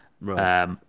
Right